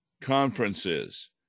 conferences